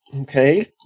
Okay